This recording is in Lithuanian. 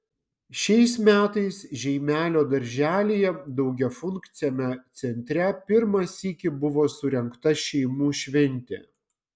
šiais metais žeimelio darželyje daugiafunkciame centre pirmą sykį buvo surengta šeimų šventė